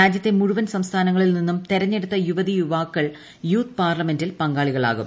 രാജ്യത്തെ മുഴുവൻ സംസ്ഥാനങ്ങളിൽ നിന്നും തെരഞ്ഞെടുത്തു യുവതീ യുവാക്കൾ യൂത്ത് പാർലമെന്റിൽ പങ്കാളികളാകും